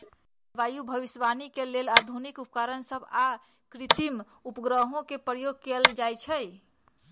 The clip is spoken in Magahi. जलवायु भविष्यवाणी के लेल आधुनिक उपकरण सभ आऽ कृत्रिम उपग्रहों के प्रयोग कएल जाइ छइ